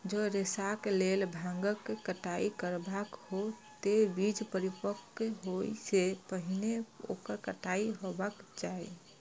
जौं रेशाक लेल भांगक कटाइ करबाक हो, ते बीज परिपक्व होइ सं पहिने ओकर कटाइ हेबाक चाही